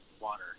water